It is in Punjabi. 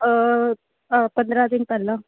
ਪੰਦਰ੍ਹਾਂ ਦਿਨ ਪਹਿਲਾਂ